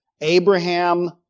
Abraham